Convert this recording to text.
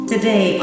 Today